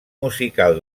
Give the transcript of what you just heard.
musical